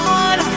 on